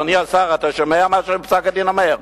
אדוני השר, אתה שומע מה שפסק-הדין אומר?